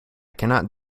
cannot